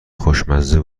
خوشمزه